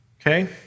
Okay